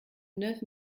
neuf